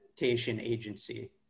agency